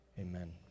amen